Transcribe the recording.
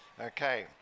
okay